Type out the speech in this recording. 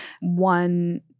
One